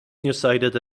nearsighted